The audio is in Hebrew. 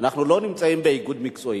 כי בהסתדרות האחיות לא רוצים לתת להם את זה.